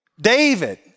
David